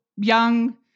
young